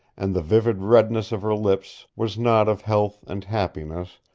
and the vivid redness of her lips was not of health and happiness,